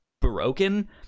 broken